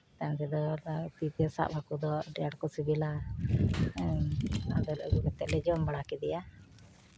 ᱛᱟᱭᱚᱢ ᱛᱮᱫᱚ ᱛᱤᱛᱮ ᱥᱟᱵ ᱦᱟᱹᱠᱩ ᱫᱚ ᱟᱹᱰᱤ ᱟᱸᱴ ᱠᱚ ᱥᱤᱵᱤᱞᱟ ᱟᱫᱚᱞᱮ ᱟᱹᱜᱩ ᱠᱟᱛᱮ ᱞᱮ ᱡᱚᱢ ᱵᱟᱲᱟ ᱠᱮᱫᱮᱭᱟ